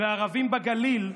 וערבים בגליל,